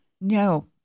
No